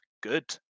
good